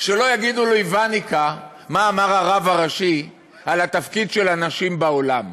שלא יגידו לאיוונקה מה אמר הרב הראשי על התפקיד של הנשים בעולם,